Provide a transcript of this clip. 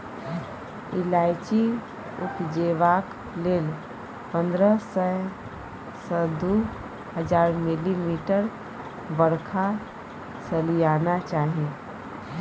इलाइचीं उपजेबाक लेल पंद्रह सय सँ दु हजार मिलीमीटर बरखा सलियाना चाही